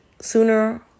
sooner